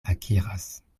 akiras